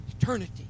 eternity